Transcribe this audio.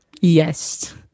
yes